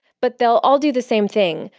but they'll all do the same thing,